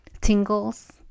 tingles